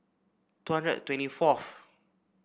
two hundred twenty fourth